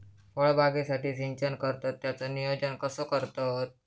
फळबागेसाठी सिंचन करतत त्याचो नियोजन कसो करतत?